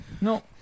no